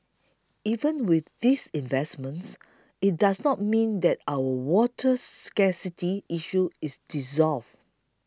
even with these investments it does not mean that our water scarcity issue is resolved